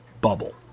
bubble